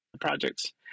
projects